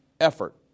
effort